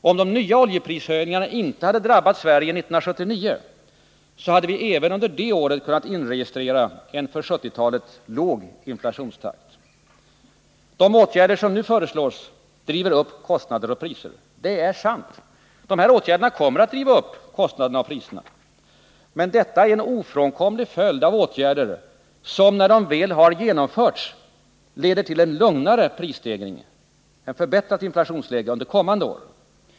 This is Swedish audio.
Om de nya oljeprishöjningarna inte hade drabbat Sverige 1979 hade vi även under det året kunnat inregistrera en för 1970-talet låg inflationstakt. De åtgärder som nu föreslås driver upp kostnader och priser. Det är sant. De kommer att driva upp kostnaderna och priserna, men detta är en ofrånkomlig följd av åtgärder som, när de väl genomförts, leder till en lugnare prisstegring, ett förbättrat inflationsläge, under kommande år.